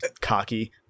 cocky